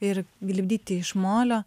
ir lipdyti iš molio